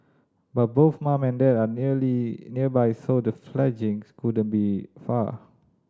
but both mum and dad are nearly nearby so the fledglings couldn't be far